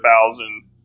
thousand